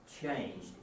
changed